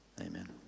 amen